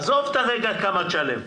עזוב כרגע כמה תשלם.